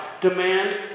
demand